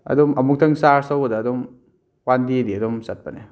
ꯑꯗꯨꯝ ꯑꯃꯨꯛꯇꯪ ꯆꯥꯔꯖ ꯇꯧꯕꯗ ꯑꯗꯨꯝ ꯋꯥꯟ ꯗꯦꯗꯤ ꯑꯗꯨꯝ ꯆꯠꯄꯅꯦ